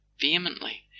vehemently